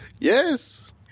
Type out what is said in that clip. Yes